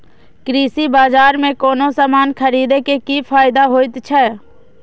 कृषि बाजार में कोनो सामान खरीदे के कि फायदा होयत छै?